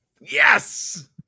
Yes